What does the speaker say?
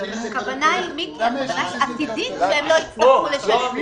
הכוונה היא שעתידית הם לא יצטרכו לשלם,